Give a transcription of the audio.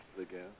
again